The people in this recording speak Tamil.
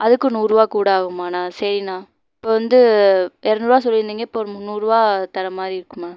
அதுக்கும் நூறுபா கூட ஆகுமாண்ணா சரிண்ணா இப்போ வந்து இரநூறுவா சொல்லியிருந்தீங்க இப்போ ஒரு முந்நூறுபா தரமாதிரி இருக்குமா